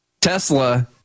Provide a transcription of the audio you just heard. Tesla